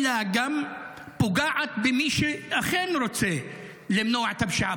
אלא גם פוגעת במי שכן רוצה למנוע את הפשיעה?